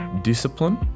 Discipline